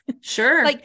Sure